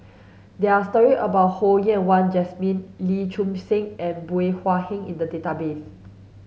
there are story about Ho Yen Wah Jesmine Lim Chin Siong and Bey Hua Heng in the database